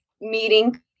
meeting